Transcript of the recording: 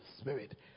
Spirit